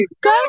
go